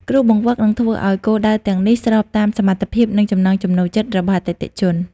គ្រូបង្វឹកនឹងធ្វើឱ្យគោលដៅទាំងនេះស្របតាមសមត្ថភាព និងចំណង់ចំណូលចិត្តរបស់អតិថិជន។